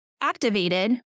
activated